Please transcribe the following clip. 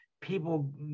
people